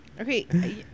Okay